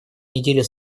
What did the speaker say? недели